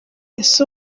ese